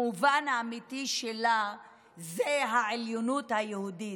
המובן האמיתי שלה הוא העליונות היהודית.